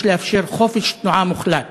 יש לאפשר חופש תנועה מוחלט